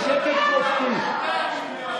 תתביישו לכם.